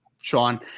Sean